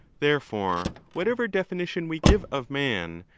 therefore, whatever definition we give of man,